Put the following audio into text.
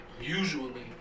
usually